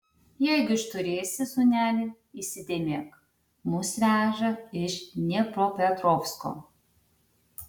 jeigu išturėsi sūneli įsidėmėk mus veža iš dniepropetrovsko